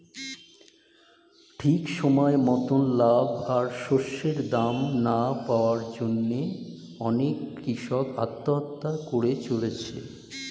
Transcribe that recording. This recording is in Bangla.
ঠিক সময় মতন লাভ আর শস্যের দাম না পাওয়ার জন্যে অনেক কূষক আত্মহত্যা করে চলেছে